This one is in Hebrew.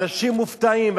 אנשים מופתעים.